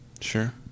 Sure